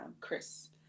Chris